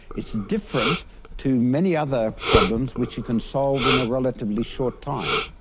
it's different to many other problems which you can solve in a relatively short time.